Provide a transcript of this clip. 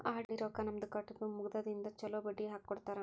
RD ರೊಕ್ಕಾ ನಮ್ದ ಕಟ್ಟುದ ಮುಗದಿಂದ ಚೊಲೋ ಬಡ್ಡಿ ಹಾಕ್ಕೊಡ್ತಾರ